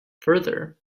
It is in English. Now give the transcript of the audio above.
further